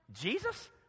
Jesus